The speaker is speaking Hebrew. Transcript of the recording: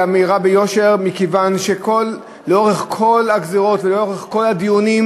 היא אמירה ביושר מכיוון שלאורך כל הגזירות ולאורך כל הדיונים